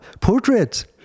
portraits